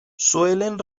suelen